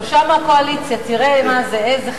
שלושה מהקואליציה, תראה מה זה.